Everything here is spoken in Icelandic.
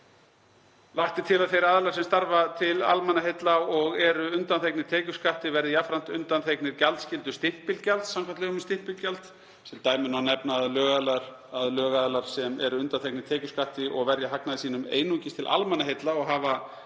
Lagt er til að þeir aðilar sem starfa til almannaheilla og eru undanþegnir tekjuskatti verði jafnframt undanþegnir gjaldskyldu stimpilgjalds samkvæmt lögum um stimpilgjald. Sem dæmi má nefna að lögaðilar sem eru undanþegnir tekjuskatti og verja hagnaði sínum einungis til almannaheilla og hafa